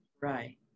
Right